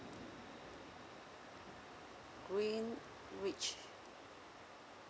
greenridge